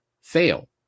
fail